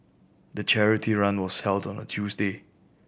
the charity run was held on a Tuesday